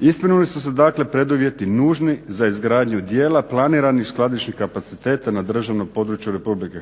Ispunili su se dakle preduvjeti nužni za izgradnju dijela planiranih skladišnih kapaciteta na državnom području